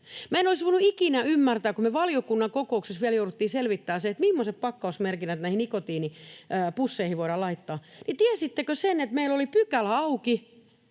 en olisi voinut ikinä ymmärtää, kun me valiokunnan kokouksessa vielä jouduttiin selvittämään se, että mimmoiset pakkausmerkinnät näihin nikotiinipusseihin voidaan laittaa, niin tiesittekö sen, että meillä oli pykälä auki,